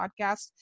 podcast